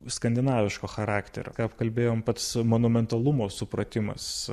skandinaviško charakterio ką apkalbėjom pats monumentalumo supratimas